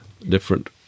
different